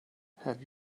have